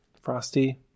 frosty